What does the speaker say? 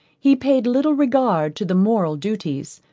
he paid little regard to the moral duties,